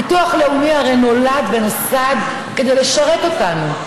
ביטוח לאומי הרי נולד ונוסד כדי לשרת אותנו.